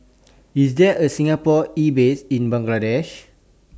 IS There A Singapore Embassy in Bangladesh